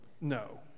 no